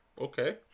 Okay